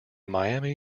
miami